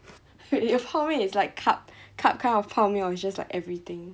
your 泡面 is like cup cup kind of 泡面 or is just like everything